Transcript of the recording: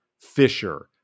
Fisher